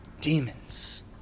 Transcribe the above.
demons